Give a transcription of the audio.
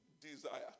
desire